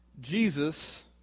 Jesus